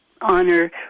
honor